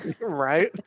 Right